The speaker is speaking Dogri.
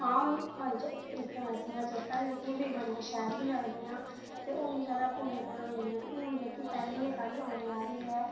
आं मिगी पंज तरीकां चेता न जेह्कियां मिगी शैल बी लगदियां ते ओह् मिगी कदें भुलदियां बी निं हैन ते हून मिगी पैह्लें गै साढ़ी औने आह्ली ऐ